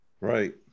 Right